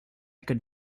could